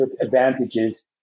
advantages